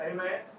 Amen